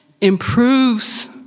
improves